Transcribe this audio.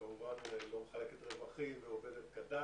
כמובן לא מחלקת רווחים ועובדת כדת.